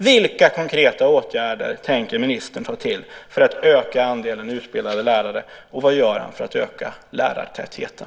Vilka konkreta åtgärder tänker ministern ta till för att öka andelen utbildade lärare? Vad gör han för att öka lärartätheten?